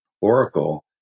Oracle